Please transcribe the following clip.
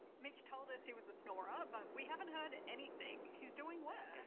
mitch told us he was a snorer, but we haven't heard anything. he's doing well.